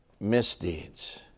misdeeds